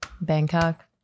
Bangkok